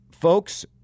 folks